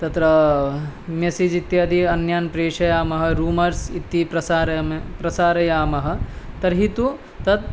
तत्र मेसेज् इत्यादि अन्यान् प्रेषयामः रूमर्स् इति प्रसारम प्रसारयामः तर्हि तु तत्